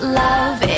love